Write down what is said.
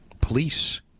Police